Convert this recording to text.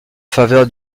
faveur